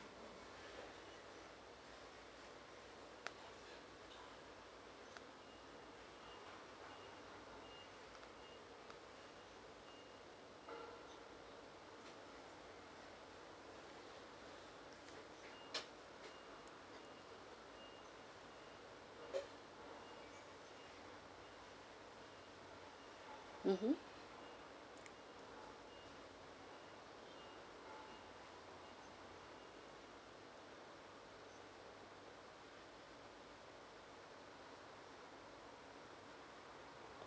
mmhmm